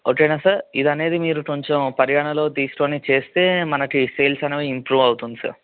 ఓకేనా సర్ ఇదనేది మీరు కొంచెం పరిగణలో తీసుకుని చేస్తే మనకి సేల్స్ అనేవి ఇంప్రూవ్ అవుతుంది సర్